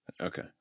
Okay